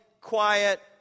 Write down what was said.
quiet